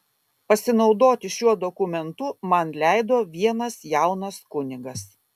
pasinaudoti šiuo dokumentu man leido vienas jaunas kunigas